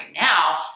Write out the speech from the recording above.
now